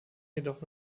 jedoch